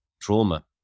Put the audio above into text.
trauma